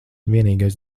vienīgais